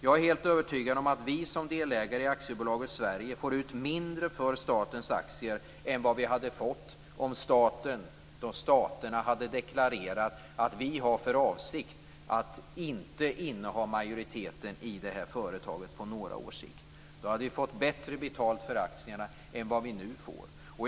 Jag är helt övertygad om att vi som delägare i AB Sverige får ut mindre för statens aktier än vad vi hade fått om staterna hade deklarerat att de har för avsikt att inte inneha majoriteten i företaget på några års sikt. Då hade vi fått bättre betalt för aktierna än vad vi nu får.